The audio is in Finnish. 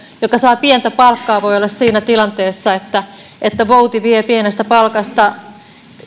joka saa pientä palkkaa voi olla siinä tilanteessa että että vouti vie pienestä palkasta